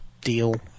deal